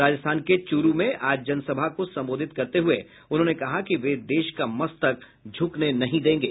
राजस्थान के चुरू में आज एक जनसभा को सम्बोधित करते हुए उन्होंने कहा कि वे देश का मस्तक झुकने नहीं देंगे